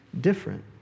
different